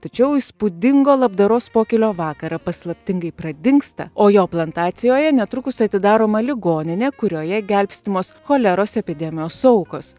tačiau įspūdingo labdaros pokylio vakarą paslaptingai pradingsta o jo plantacijoje netrukus atidaroma ligoninė kurioje gelbstimos choleros epidemijos aukos